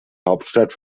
hauptstadt